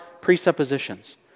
presuppositions